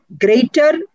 greater